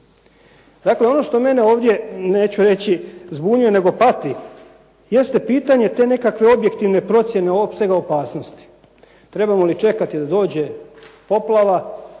Dakle, ono što mene ovdje neću reći zbunjuje nego pati, jeste pitanje te nekakve procjene opsega opasnosti. Trebamo li čekati da dođe poplava,